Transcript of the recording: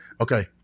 Okay